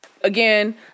again